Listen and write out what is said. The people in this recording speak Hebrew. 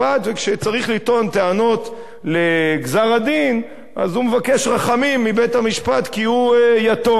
וכשצריך לטעון טענות לגזר-הדין הוא מבקש רחמים מבית-המשפט כי הוא יתום.